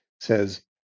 says